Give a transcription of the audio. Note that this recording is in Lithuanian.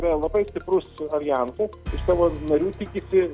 yra labai stiprus aljansas savo narių tikisi